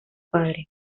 padre